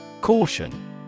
Caution